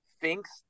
thinks